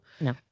No